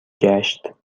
گشت